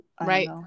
right